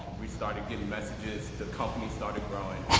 we started getting messages, the company started growing.